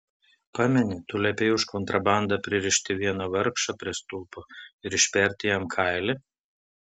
pameni tu liepei už kontrabandą pririšti vieną vargšą prie stulpo ir išperti jam kailį